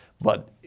But-